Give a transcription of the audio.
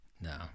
No